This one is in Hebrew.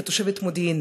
כתושבת מודיעין,